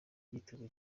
yitezwe